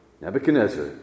Nebuchadnezzar